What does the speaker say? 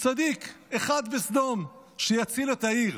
צדיק אחד בסדום שיציל את העיר.